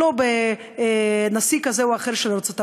היא לא אצל נשיא כזה או אחר של ארצות-הברית,